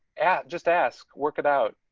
and just ask work it out.